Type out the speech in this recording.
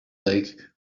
leg